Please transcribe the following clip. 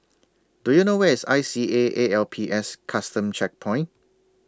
Do YOU know Where IS I C A A L P S Custom Checkpoint